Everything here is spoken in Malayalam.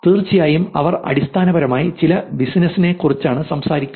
തീർച്ചയായും അവർ അടിസ്ഥാനപരമായി ചില ബിസിനസിനെക്കുറിച്ചാണ് സംസാരിക്കുന്നത്